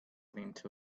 into